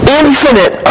infinite